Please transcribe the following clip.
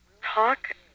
talk